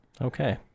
Okay